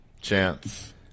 chance